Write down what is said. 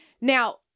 Now